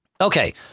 Okay